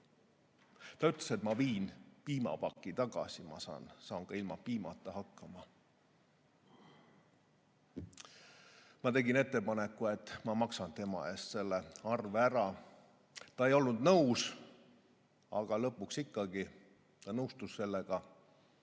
Ta ütles, et ma viin piimapaki tagasi, ma saan ka piimata hakkama. Ma tegin ettepaneku, et ma maksan tema eest selle arve ära. Ta ei olnud algul nõus, aga lõpuks ikkagi nõustus sellega.